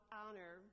honor